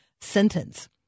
sentence